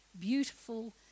beautiful